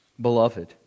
Beloved